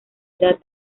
edad